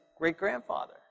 great-grandfather